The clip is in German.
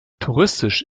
touristisch